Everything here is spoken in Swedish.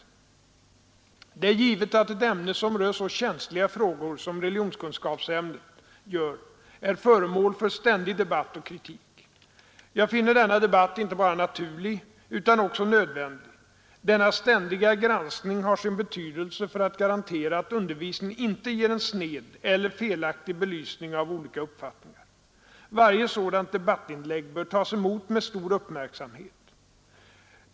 Det är givet att ett ämne som rör så känsliga frågor som religionskunskapsämnet gör är föremål för ständig debatt och kritik. Jag finner denna debatt inte bara naturlig utan också nödvändig; denna ständiga granskning har sin betydelse för att garantera att undervisningen inte ger en sned eller felaktig belysning av olika uppfattningar. Varje sådant debattinlägg bör tas emot med stor uppmärksamhet.